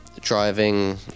driving